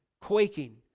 quaking